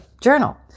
journal